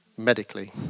Medically